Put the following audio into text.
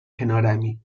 کنارمی